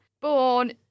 Born